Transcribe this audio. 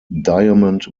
diamond